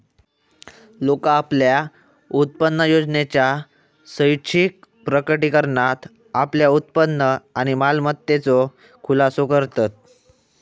लोका आपल्या उत्पन्नयोजनेच्या स्वैच्छिक प्रकटीकरणात आपल्या उत्पन्न आणि मालमत्तेचो खुलासो करतत